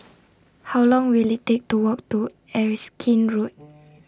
How Long Will IT Take to Walk to Erskine Road